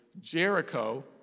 Jericho